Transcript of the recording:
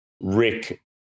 Rick